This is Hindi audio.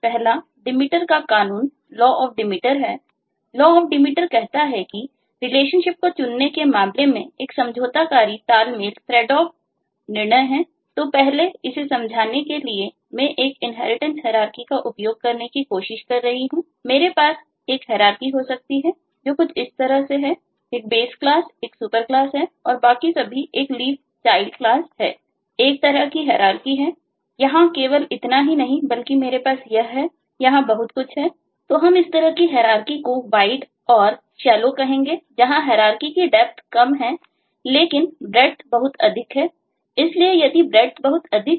पहला Demeter का कानून या केवल इतना ही नहीं बल्कि मेरे पास यह है यहाँ बहुत कुछ है